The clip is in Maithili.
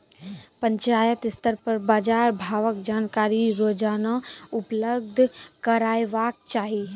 पंचायत स्तर पर बाजार भावक जानकारी रोजाना उपलब्ध करैवाक चाही?